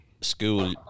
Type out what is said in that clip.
school